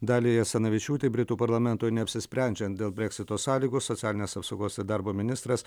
daliai asanavičiūtei britų parlamentui neapsisprendžiant dėl breksito sąlygų socialinės apsaugos ir darbo ministras